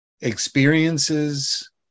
experiences